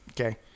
Okay